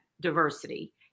diversity